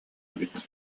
эбит